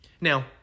Now